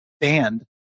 band